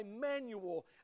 manual